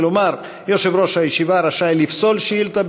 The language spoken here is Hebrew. כלומר יושב-ראש הישיבה רשאי לפסול שאילתה